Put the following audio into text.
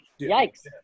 yikes